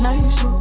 Nice